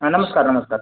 हा नमस्कार नमस्कार